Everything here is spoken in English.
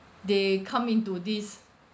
they come into this